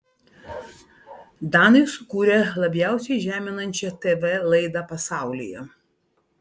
danai sukūrė labiausiai žeminančią tv laidą pasaulyje